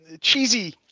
cheesy